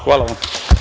Hvala vam.